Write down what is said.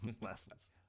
Lessons